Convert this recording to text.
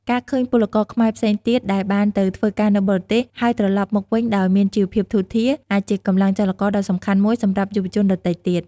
ការឃើញពលករខ្មែរផ្សេងទៀតដែលបានទៅធ្វើការនៅបរទេស ហើយត្រឡប់មកវិញដោយមានជីវភាពធូរធារ អាចជាកម្លាំងចលករដ៏សំខាន់មួយសម្រាប់យុវជនដទៃទៀត។